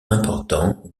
important